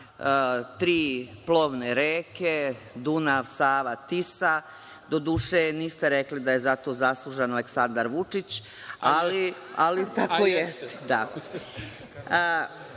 tri plovne reke Dunav, Sava, Tisa. Doduše, niste rekli da je za to zaslužan Aleksandar Vučić, ali tako jeste. Doduše